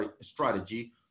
strategy